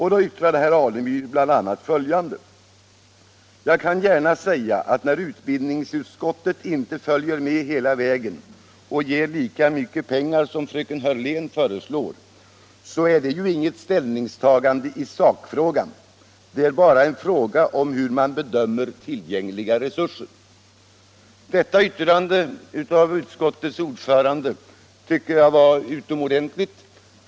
Herr Alemyr sade bl.a. följande: ”Jag kan gärna säga att när utbildningsutskottet inte följer med hela vägen och ger lika mycket pengar som fröken Hörlén föreslår, så är det ju inget ställningstagande i sakfrågan — det är bara fråga om hur man bedömer de tillgängliga resurserna.” Detta yttrande av utskottets ordförande tycker jag var utomordentligt.